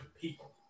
people